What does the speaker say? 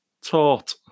taught